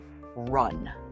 run